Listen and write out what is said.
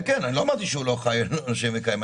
כן, כן, אני לא אמרתי שהוא לא חי, נושם וקיים.